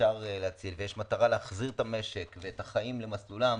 שאפשר להציל ויש מטרה להחזיר את המשק ואת החיים למסלולם,